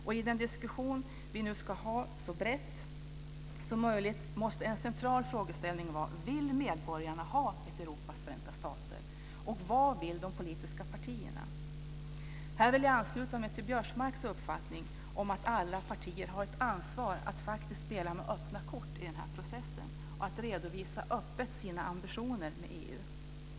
Och i den diskussion som vi nu ska föra så brett som möjligt måste en central frågeställning vara: Vill medborgarna ha ett Europas förenta stater? Och vad vill de politiska partierna? I detta sammanhang vill jag ansluta mig till Karl Göran Biörsmarks uppfattning om att alla partier har ett ansvar att faktiskt spela med öppna kort i denna process och att öppet redovisa sina ambitioner med EU.